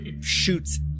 shoots